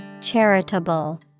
Charitable